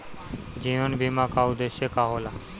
जीवन बीमा का उदेस्य का होला?